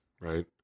right